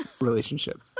relationship